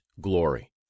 glory